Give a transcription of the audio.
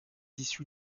issue